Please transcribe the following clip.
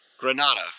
Granada